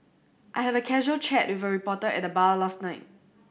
I had a casual chat with a reporter at the bar last night